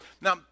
Now